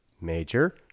major